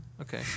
Okay